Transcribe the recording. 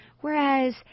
Whereas